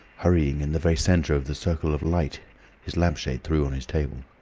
hurrying in the very centre of the circle of light his lampshade threw on his table.